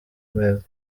meza